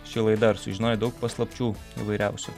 ši laida ar sužinojai daug paslapčių įvairiausių